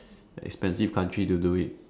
expensive country to do it